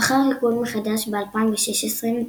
לאחר ארגון מחדש ב-2016,